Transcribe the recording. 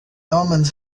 omens